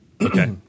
Okay